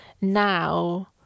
now